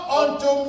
unto